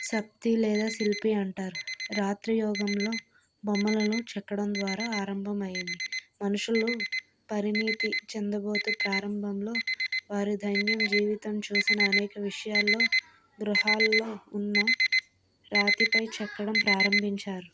సత్తి లేదా శిల్పి అంటారు రాతి యుగంలో బొమ్మలను చెక్కడం ద్వారా ఆరంభం అయింది మనుషులు పరిణితి చెందబోతూ ప్రారంభంలో వారి దైన్యం జీవితం చూసిన అనేక విషయాలలో గృహాలలో ఉన్న రాతి పై చెక్కడం ప్రారంభించారు